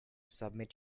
submit